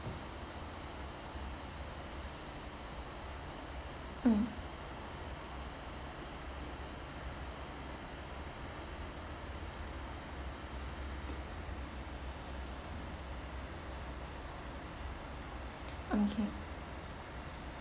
mm (okay